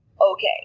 okay